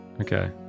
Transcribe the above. Okay